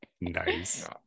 nice